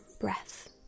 breath